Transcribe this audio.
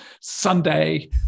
Sunday